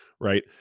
right